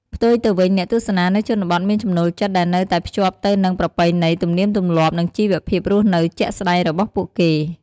ផ្ទុយទៅវិញ អ្នកទស្សនានៅជនបទមានចំណូលចិត្តដែលនៅតែភ្ជាប់ទៅនឹងប្រពៃណី ទំនៀមទម្លាប់ និងជីវភាពរស់នៅជាក់ស្តែងរបស់ពួកគេ។